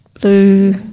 blue